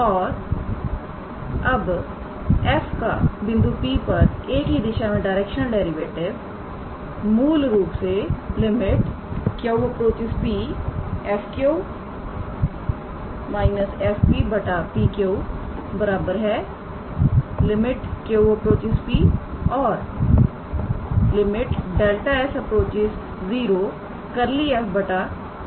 और अब f का बिंदु P पर 𝑎̂ की दिशा में डायरेक्शनल डेरिवेटिव मूल रूप से lim 𝑄→𝑃 𝑓𝑄−𝑓𝑃𝑃𝑄 lim 𝑄→𝑃 और 𝛿𝑠→0 𝜕𝑓𝜕𝑠 𝑑𝑓𝑑𝑠 है